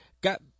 got